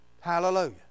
Hallelujah